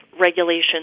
regulations